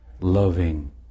loving